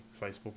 Facebook